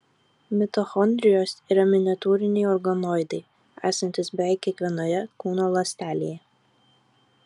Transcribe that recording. mitochondrijos yra miniatiūriniai organoidai esantys beveik kiekvienoje kūno ląstelėje